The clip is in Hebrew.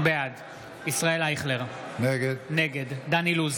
בעד ישראל אייכלר, נגד דן אילוז,